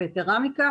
ויתרה מכך,